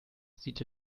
sieht